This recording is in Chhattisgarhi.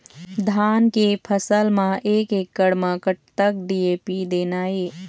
धान के फसल म एक एकड़ म कतक डी.ए.पी देना ये?